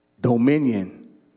dominion